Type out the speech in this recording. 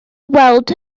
weld